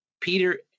Peter